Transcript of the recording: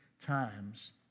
times